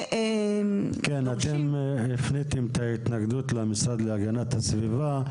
כן, אתם הפניתם את ההתנגדות למשרד להגנת הסביבה,